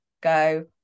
go